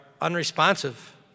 unresponsive